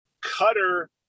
cutter